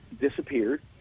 disappeared